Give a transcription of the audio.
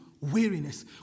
weariness